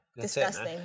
Disgusting